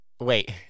Wait